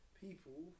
people